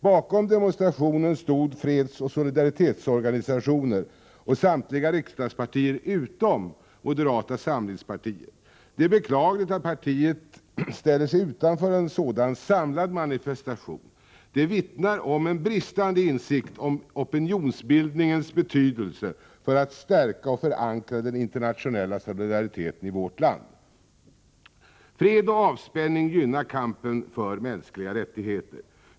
Bakom demonstrationen stod fredsoch solidaritetsorganisationer och samtliga riksdagspartier — utom moderata samlingspartiet. Det är beklagligt att partiet ställer sig utanför en sådan samlad manifestation. Det vittnar om en bristande insikt om opinionsbildningens betydelse för att stärka och förankra den internationella solidariteten i vårt land. Fred och avspänning gynnar kampen för mänskliga rättigheter.